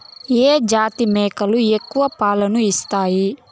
ఏ జాతి మేకలు ఎక్కువ పాలను ఇస్తాయి?